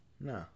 No